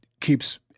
keeps